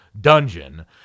dungeon